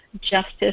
justice